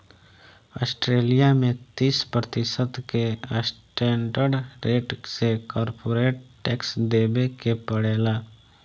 Australia में तीस प्रतिशत के स्टैंडर्ड रेट से कॉरपोरेट टैक्स देबे के पड़ेला